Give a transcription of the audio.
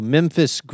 Memphis